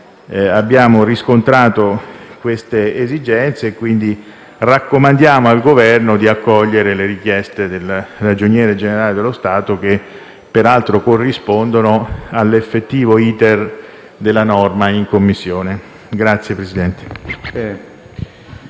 Abbiamo riscontrato queste esigenze e quindi raccomandiamo al Governo di accogliere le richieste del Ragioniere generale dello Stato, che peraltro corrispondono all'effettivo *iter* della norma in Commissione. PRESIDENTE